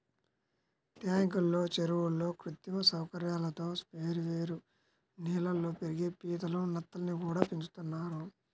ట్యాంకుల్లో, చెరువుల్లో కృత్రిమ సౌకర్యాలతో వేర్వేరు నీళ్ళల్లో పెరిగే పీతలు, నత్తల్ని కూడా పెంచుతున్నారు